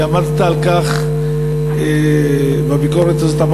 ועמדת בכבוד בביקורת הזו.